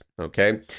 Okay